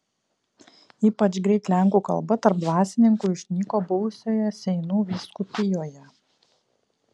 ypač greit lenkų kalba tarp dvasininkų išnyko buvusioje seinų vyskupijoje